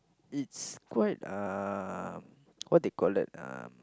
it's quite um what they call that um